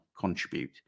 contribute